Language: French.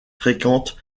fréquentes